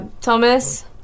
Thomas